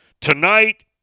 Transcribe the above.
Tonight